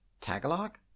Tagalog